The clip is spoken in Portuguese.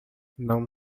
não